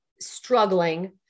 struggling